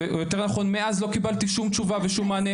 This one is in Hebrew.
יותר נכון מאז לא קיבלתי שום תשובה ושום מענה,